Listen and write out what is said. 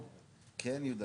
אני אקבע את